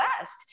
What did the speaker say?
West